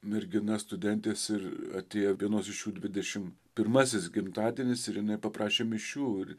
merginas studentės ir atėjo vienos iš jų dvidešim pirmasis gimtadienis ir jinai paprašė mišių ir